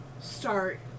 start